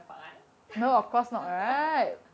fun